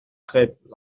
crêpes